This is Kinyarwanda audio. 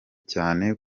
cyane